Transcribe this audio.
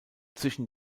zwischen